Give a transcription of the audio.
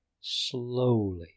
slowly